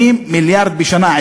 80 מיליארד בשנה.